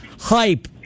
hype